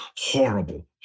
horrible